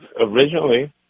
originally